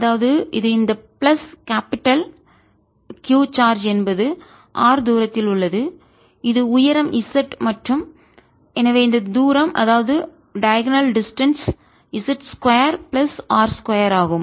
அதாவது இது இந்த பிளஸ் கேபிடல் பெரிய Q சார்ஜ் என்பது R தூரத்தில் உள்ளது இது உயரம் z மற்றும் எனவே இந்த தூரம்அதாவது டைகோனால் டிஸ்டன்ஸ் மூலைவிட்ட தூரம் z 2 பிளஸ் R 2 ஆகும்